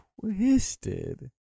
twisted